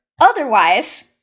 Otherwise